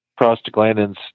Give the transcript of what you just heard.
prostaglandins